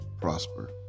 prosper